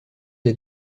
des